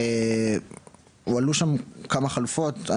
הועלו שם כמה חלופות,